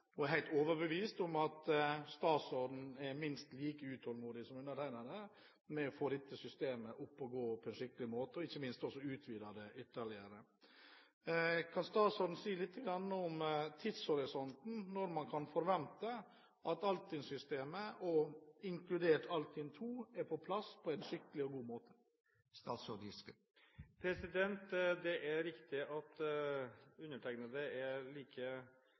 der. Jeg er helt overbevist om at statsråden er minst like utålmodig som undertegnede med å få dette systemet opp å gå på en skikkelig måte og ikke minst også utvide det ytterligere. Kan statsråden si litt om tidshorisonten – når kan man forvente at Altinn-systemet, inkludert Altinn II, er på plass på en skikkelig og god måte? Det er riktig at undertegnede er like